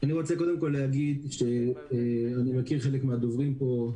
מכיר חלק מהדוברים פה,